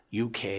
UK